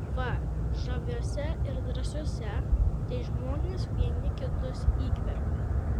va žaviuose ir drąsiuose tai žmonės vieni kitus įkvepia